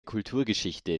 kulturgeschichte